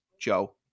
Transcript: Joe